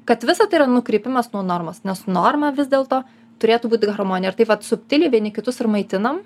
kad visa tai yra nukrypimas nuo normos nes norma vis dėlto turėtų būt harmonija ir taip pat vat subtiliai vieni kitus ir maitinam